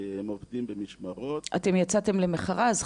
הם עובדים במשמרות --- אתם יצאתם למכרז?